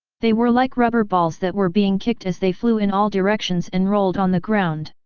they were like rubber balls that were being kicked as they flew in all directions and rolled on the ground.